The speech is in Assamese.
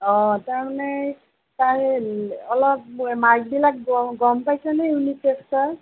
তাৰমানে তাইৰ অলপ মাৰ্ক্সবিলাক গ গম পাইছেনে ইউনিট টেষ্টৰ